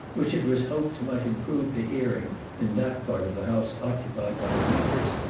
which it was hoped might improve the hearing in that part of the house occupied by the members,